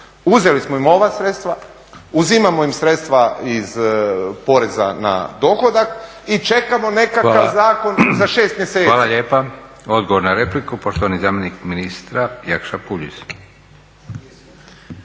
Uzeli smo im ova sredstva, uzimamo im sredstva iz poreza na dohodak i čekamo nekakav zakon za 6 mjeseci. **Leko, Josip (SDP)** Hvala lijepa. Odgovor na repliku, poštovani zamjenik ministra Jakša Puljiz.